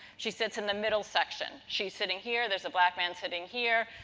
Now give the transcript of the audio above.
she sits in the middle section. she is sitting here, there's a black man sitting here,